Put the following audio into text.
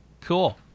Cool